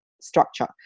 structure